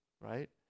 right